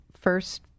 first